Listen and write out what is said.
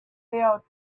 fell